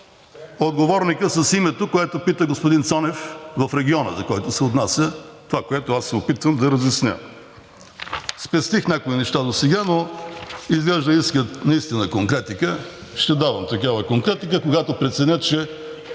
отговорникът с името, което пита господин Цонев, в региона, за който се отнася – това, което аз се опитвам да разясня. Спестих някои неща досега, но изглежда искат наистина конкретика. Ще давам такава конкретика, когато преценя, че